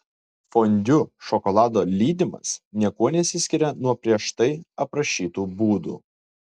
fondiu šokolado lydymas niekuo nesiskiria nuo prieš tai aprašytų būdų